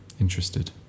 interested